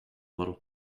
little